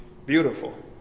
beautiful